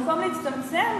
במקום להצטמצם,